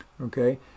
Okay